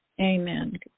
Amen